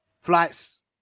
Flights